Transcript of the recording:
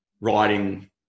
writing